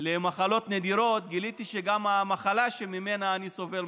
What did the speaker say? למחלות נדירות גיליתי שגם המחלה שממנה אני סובל,